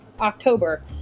October